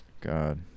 God